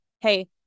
hey